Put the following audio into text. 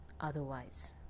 otherwise